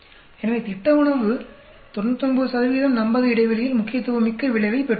எனவே திட்ட உணவு 99 நம்பக இடைவெளியில் முக்கியத்துவமிக்க விளைவைக் பெற்றுள்ளது